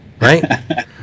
right